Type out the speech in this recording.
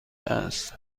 است